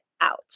out